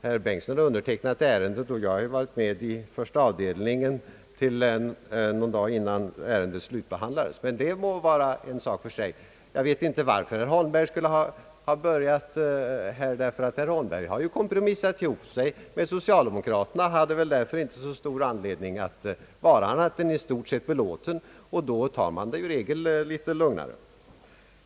Herr Bengtson har undertecknat ärendet, och jag var med i första avdelningen i överläggningar, även om jag inte var med vid slutjusteringen av ärendet, Jag vet egentligen inte varför herr Holmberg över huvud taget skulle gått upp först i debatten. Han har ju kompromissat med socialdemokraterna och behöver väl därför inte vara annat än belåten. Då tar man det ju också i regel litet lugnare.